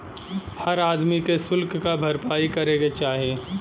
हर आदमी के सुल्क क भरपाई करे के चाही